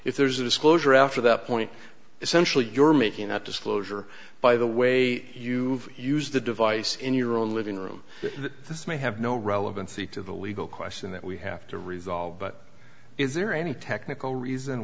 if there's a disclosure after that point essentially you're making that disclosure by the way you use the device in your own living room this may have no relevancy to the legal question that we have to resolve but is there any technical reason